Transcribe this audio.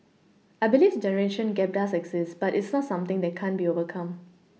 I believe the generation gap does exist but it's not something that can't be overcome